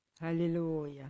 Hallelujah